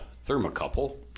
thermocouple